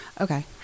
Okay